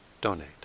donate